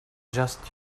just